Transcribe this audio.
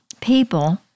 people